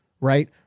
right